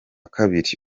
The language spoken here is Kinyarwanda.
kabiri